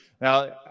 Now